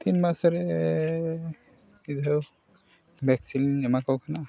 ᱛᱤᱱ ᱢᱟᱥ ᱨᱮ ᱤᱧᱫᱚ ᱵᱷᱮᱠᱥᱤᱱᱤᱧ ᱮᱢᱟ ᱠᱚ ᱠᱟᱱᱟ